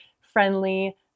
friendly